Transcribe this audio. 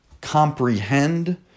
comprehend